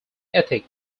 ethic